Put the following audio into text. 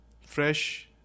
fresh